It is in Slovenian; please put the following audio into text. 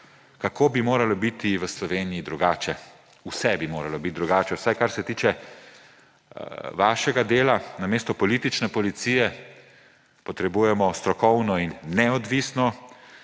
kako bi moralo biti v Sloveniji drugače. Vse bi moralo biti drugače, vsaj kar se tiče vašega dela. Namesto politične policije potrebujemo strokovno in neodvisno